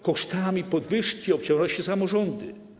Kosztami podwyżki obciąża się samorządy.